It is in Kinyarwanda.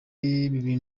bibiri